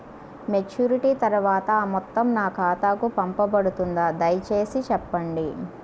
Maturity తర్వాత ఆ మొత్తం నా ఖాతాకు పంపబడుతుందా? దయచేసి చెప్పండి?